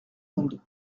monde